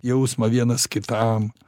jausmą vienas kitam